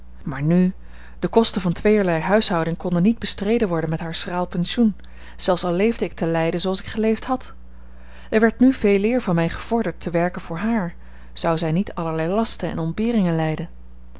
maar nu de kosten van tweeërlei huishouding konden niet bestreden worden met haar schraal pensioen zelfs al leefde ik te leiden zooals ik geleefd had er werd nu veeleer van mij gevorderd te werken voor haar zou zij niet allerlei lasten en ontberingen lijden